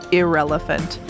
irrelevant